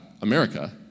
America